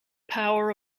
power